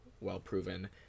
well-proven